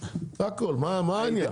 זה הכל מה העניין,